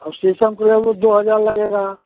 और शीशम के लेबू दो हज़ार लगेगा